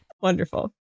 Wonderful